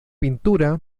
pintura